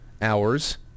hours